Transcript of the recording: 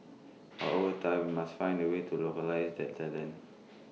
but over time we must find the ways to localise that talent